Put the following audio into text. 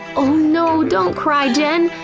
oh no, don't cry, jen!